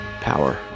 power